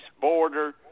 border